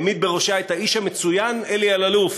הוא העמיד בראשה את האיש המצוין אלי אלאלוף.